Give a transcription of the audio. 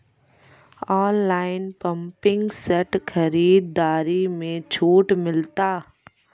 Online pumping set खरीदारी मे छूट मिलता?